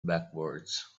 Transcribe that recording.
backwards